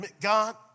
God